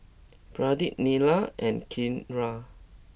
Pradip Neila and Kiran